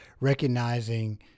recognizing